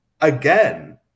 again